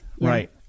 Right